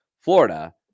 Florida